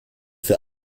für